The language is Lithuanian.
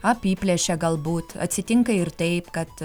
apiplėšė galbūt atsitinka ir taip kad